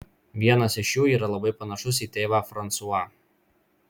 vienas iš jų yra labai panašus į tėvą fransuą